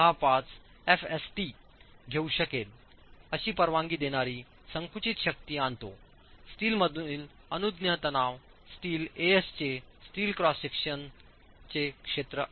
65एफएसटी घेऊ शकेल अशी परवानगी देणारी संकुचित शक्ती आणतो स्टीलमधील अनुज्ञेय तणाव स्टील As चे स्टीलच्या क्रॉस सेक्शनचे क्षेत्र आहे